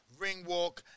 Ringwalk